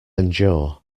endure